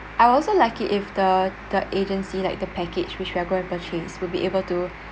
I will also like it if the the agency like the package which we are going to purchase will be able to